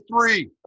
three